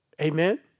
Amen